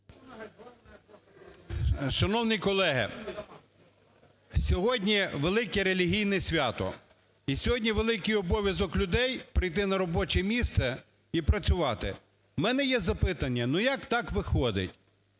Шановні колеги! Сьогодні велике релігійне свято і сьогодні великий обов'язок людей прийти на робоче місце і працювати. У мене є запитання, ну як так виходить?